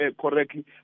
correctly